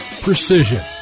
precision